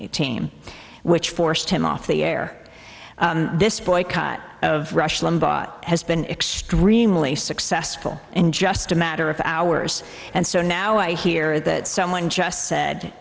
basketball team which forced him off the air this boycott of rush limbaugh has been extremely successful in just a matter of hours and so now i hear that someone just said